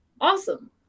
awesome